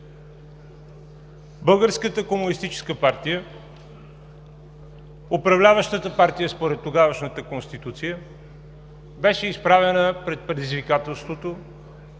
Българската комунистическа партия, управляващата партия според тогавашната Конституция, беше изправена пред предизвикателството